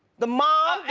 the mom?